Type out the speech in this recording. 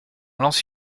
lance